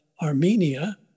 Armenia